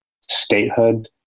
statehood